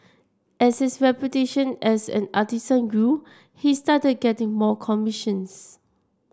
as his reputation as an artisan grew he started getting more commissions